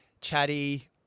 chatty